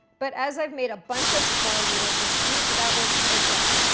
but as i've made a bunch of small noodles this week, that works as well.